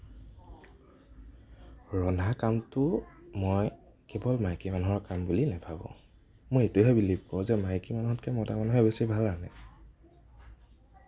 ৰন্ধা কামটো মই কেৱল মাইকী মানুহৰ কাম বুলি নাভাবোঁ মই এইটোহে বিলিভ কৰোঁ যে মাইকী মানুহতকৈ মতা মানুহে বেছি ভাল ৰান্ধে